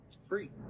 free